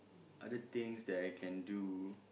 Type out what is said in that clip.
other things that I can do